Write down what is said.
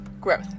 growth